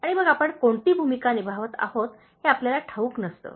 आणि मग आपण कोणती भूमिका निभावत आहोत हे आपल्याला ठाऊक नसते